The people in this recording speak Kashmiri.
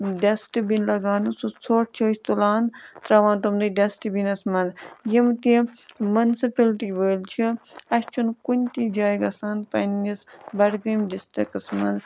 ڈَسٹٕبِن لَگاونہٕ سُہ ژھۄٹھ چھِ أسۍ تُلان ترٛاوان تِمنٕے ڈَسٹٕبیٖنَس منٛز یِم تہِ مُنسِپٕلٹی وٲلۍ چھِ اَسہِ چھُنہٕ کُنہِ تہِ جایہِ گژھان پنٛنِس بڈگٲمۍ ڈِسٹِرکَس منٛز